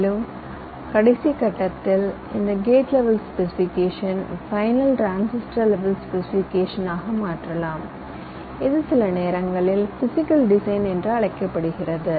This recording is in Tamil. மேலும் கடைசி கட்டத்தில் இந்த gate level specification final transistor level specification ஆக மாற்றலாம் இது சில நேரங்களில் பிசிகல் டிசைன் என்று அழைக்கப்படுகிறது